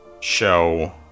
show